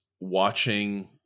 watching –